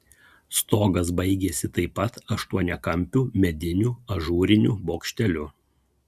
stogas baigėsi taip pat aštuoniakampiu mediniu ažūriniu bokšteliu